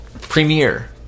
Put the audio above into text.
premiere